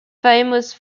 famous